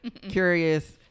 curious